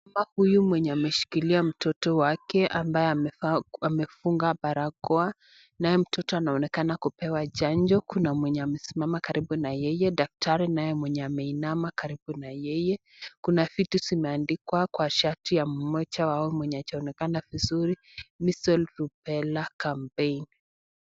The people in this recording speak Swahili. Huyu mwenye ameshikilia mtoto wake ambaye amevaa amefunga barakoa. Naye mtoto anaonekana kupewa chanjo, kuna mwenye amesimama karibu na yeye daktari naye mwenye ameinama karibu na yeye kuna vitu zimeandikwa kwa shati ya mmoja wao mwenye hajaonekana vizuri, (cs) Measle, Rubella Campaign (cs).